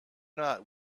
not